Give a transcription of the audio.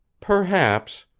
perhaps.